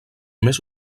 més